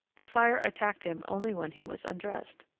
the fire attacked him only when he was undressed.